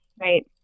Right